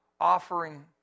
Offering